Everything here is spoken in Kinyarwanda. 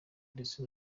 ndetse